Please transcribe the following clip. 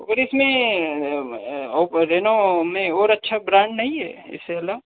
और इसमें Oppo Reno मेंऔर अच्छा ब्रांड नहीं है इससे अलग